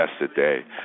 yesterday